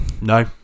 No